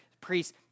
priests